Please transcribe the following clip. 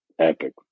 Epic